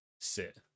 sit